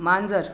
मांजर